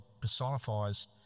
personifies